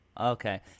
Okay